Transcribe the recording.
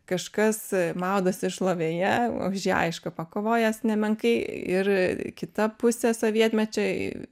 kažkas maudosi šlovėje o aišku pakovojęs nemenkai ir kita pusė sovietmečio